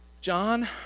John